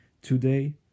Today